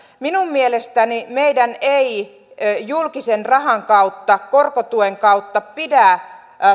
minun mielestäni meidän ei julkisen rahan kautta korkotuen kautta pidä